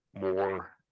more